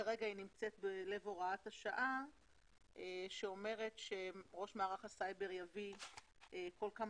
כרגע היא נמצאת בלב הוראת השעה שאומרת שראש מערך הסייבר יביא כל זמן